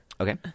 Okay